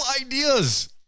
ideas